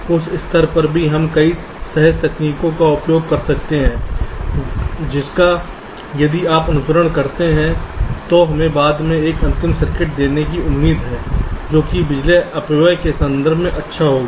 उस स्तर पर भी हम कई सहज तकनीकों का उपयोग कर सकते हैं जिनका यदि आप अनुसरण करते हैं तो हमें बाद में एक अंतिम सर्किट देने की उम्मीद है जो कि बिजली अपव्यय के संदर्भ में अच्छा होगा